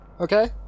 okay